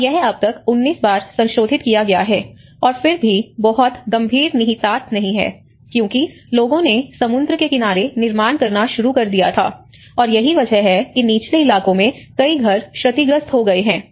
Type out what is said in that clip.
और यह अब तक 19 बार संशोधित किया गया है और फिर भी बहुत गंभीर निहितार्थ नहीं है क्योंकि लोगों ने समुद्र के किनारे निर्माण करना शुरू कर दिया और यही वजह है कि निचले इलाकों में कई घर क्षतिग्रस्त हो गए हैं